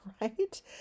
Right